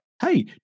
Hey